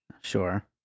Sure